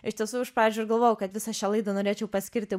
iš tiesų iš pradžių ir galvojau kad visą šią laidą norėčiau paskirti